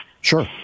Sure